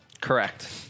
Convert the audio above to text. correct